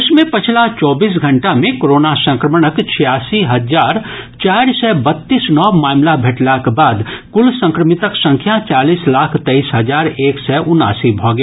देश मे पछिला चौबीस घंटा मे कोरोना संक्रमणक छियासी हजार चारि सय बत्तीस नव मामिला भेंटलाक बाद कुल संक्रमितक संख्या चालीस लाख तेईस हजार एक सय उनासी भऽ गेल